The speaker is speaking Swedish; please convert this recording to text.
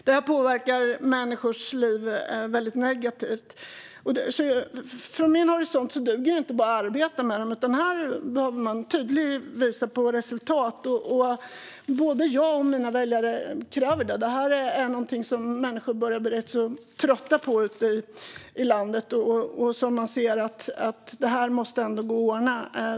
Detta påverkar människors liv på ett mycket negativt sätt. Från min horisont duger det inte att bara arbeta med detta. Här behöver man visa på tydliga resultat. Både jag och mina väljare kräver det. Detta är något som människor ute i landet har börjat bli ganska trötta på. Det här måste gå att ordna.